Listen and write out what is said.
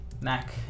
Mac